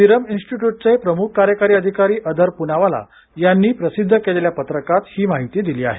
Serum इन्टिट्यूटचे मुख्य कार्यकारी अधिकारी अदर पुनावाला यांनी प्रसिद्ध केलेल्या पत्रकात ही माहिती दिली आहे